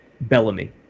Bellamy